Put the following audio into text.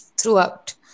throughout